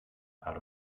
out